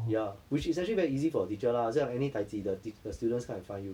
ya which is actually very easy for the teacher lah so got any daiji the tea~ the students come and find you